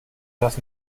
das